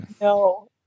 no